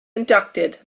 inducted